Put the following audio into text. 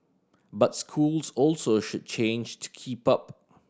but schools also should change to keep up